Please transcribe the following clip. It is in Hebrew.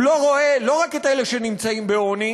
הוא לא רואה לא רק את אלה שנמצאים בעוני,